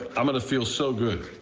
i'm i'm going to feel so good.